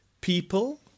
people